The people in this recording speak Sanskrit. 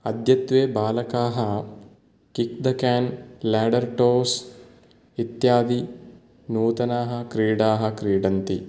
अद्यत्वे बालकाः किक् द क्यान् लेडर्टोस् इत्यादि नूतनाः क्रीडाः क्रीडन्ति